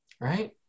Right